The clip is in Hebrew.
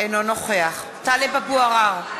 אינו נוכח טלב אבו עראר,